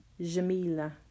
Jamila